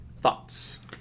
Thoughts